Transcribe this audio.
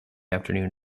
afternoon